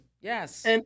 yes